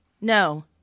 No